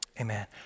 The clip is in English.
amen